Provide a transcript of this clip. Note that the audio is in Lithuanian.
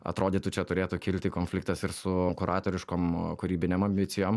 atrodytų čia turėtų kilti konfliktas ir su kuratoriškom kūrybinėm ambicijom